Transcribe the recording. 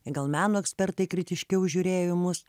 gal meno ekspertai kritiškiau žiūrėjo į mus